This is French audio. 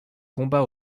combat